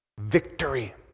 Victory